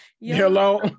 Hello